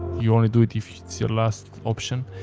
you only do it if it's your last option.